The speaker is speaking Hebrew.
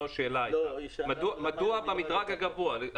זו הייתה השאלה, מדוע במדרג הגבוה?